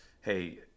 Hey